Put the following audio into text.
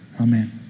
Amen